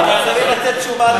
אני מתחייב לתת לך את זה.